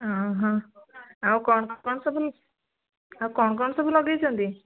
ଅଁ ହଁ ଆଉ କଣ କଣ ସବୁ ଆଉ କଣ କଣ ସବୁ ଲଗେଇଛନ୍ତି